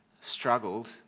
struggled